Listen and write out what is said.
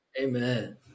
Amen